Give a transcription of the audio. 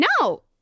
No